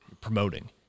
promoting